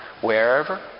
wherever